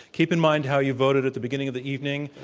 keep in mind how you voted at the beginning of the evening.